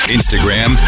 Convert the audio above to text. Instagram